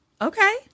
okay